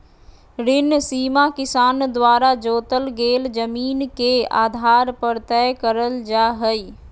ऋण सीमा किसान द्वारा जोतल गेल जमीन के आधार पर तय करल जा हई